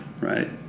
Right